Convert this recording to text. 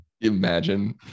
Imagine